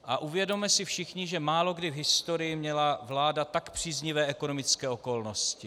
A uvědomme si všichni, že málokdy v historii měla vláda tak příznivé ekonomické okolnosti.